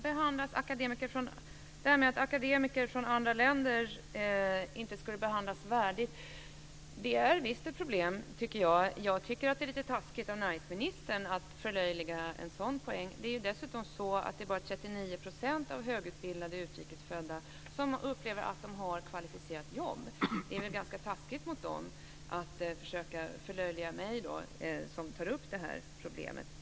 Jag tycker att det är ett problem om akademiker från andra länder inte behandlas värdigt. Jag tycker att det är lite taskigt av näringsministern att förlöjliga en sådan poäng. Det är dessutom bara 39 % av högutbildade utrikesfödda som upplever att de har ett kvalificerat jobb. Det är väl ganska taskigt mot dem att försöka förlöjliga mig som tar upp det här problemet.